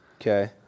Okay